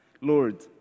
Lord